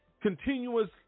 Continuous